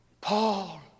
paul